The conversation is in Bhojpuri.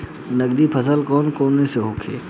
नकदी फसल कौन कौनहोखे?